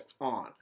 on